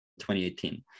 2018